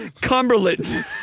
Cumberland